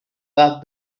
back